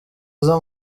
aza